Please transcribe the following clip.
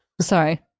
Sorry